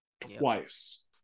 twice